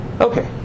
Okay